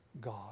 God